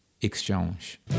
exchange